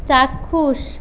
চাক্ষুষ